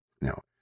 Now